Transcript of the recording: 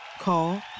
Call